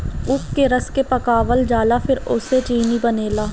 ऊख के रस के पकावल जाला फिर ओसे चीनी बनेला